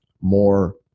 more